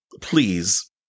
please